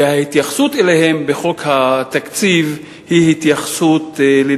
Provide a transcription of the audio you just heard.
ולדעתי ההתייחסות אליהם בחוק התקציב היא התייחסות לא